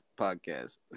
podcast